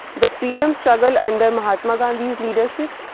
the freedom struggle under mahatma gandhi's leadership,